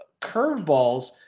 curveballs